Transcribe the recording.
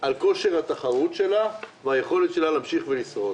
על כושר התחרות שלה והיכולת שלה להמשיך ולשרוד.